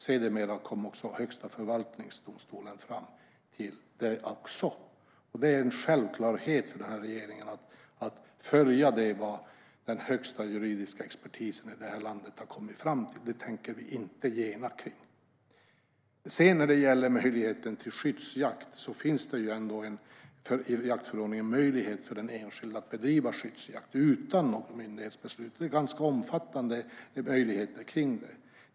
Sedermera kom också Högsta förvaltningsdomstolen fram till det. Det är en självklarhet för den här regeringen att följa det som den högsta juridiska expertisen i det här landet har kommit fram till. Vi tänker inte gena när det gäller det. När det gäller möjligheten till skyddsjakt finns det i jaktförordningen en möjlighet för den enskilde att bedriva skyddsjakt utan något myndighetsbeslut. Det finns ganska omfattande möjligheter till det.